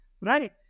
right